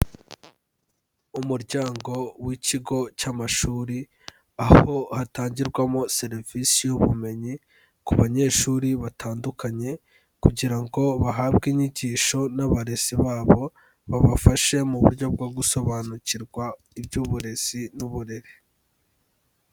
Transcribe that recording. Umuryango w'ikigo cy'amashuri, aho hatangirwamo serivisi y'ubumenyi ku banyeshuri batandukanye kugira ngo bahabwe inyigisho n'abarezi babo, babafashe mu buryo bwo gusobanukirwa iby'uburezi n'uburere.